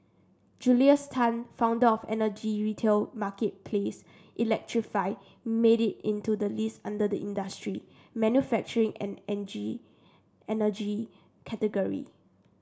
Julius Tan founder of energy retail marketplace electrify made it into the list under the industry manufacturing and energy category